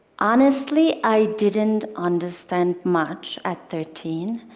honestly, i didn't understand much at thirteen,